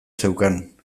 zeukan